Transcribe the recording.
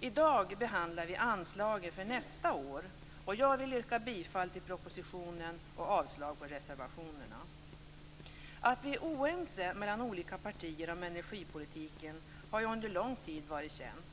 I dag behandlar vi anslagen för nästa år, och jag vill yrka bifall till propositionen och avslag på reservationerna. Att vi är oense mellan de olika partierna om energipolitiken har ju under lång tid varit känt.